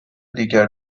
دیگر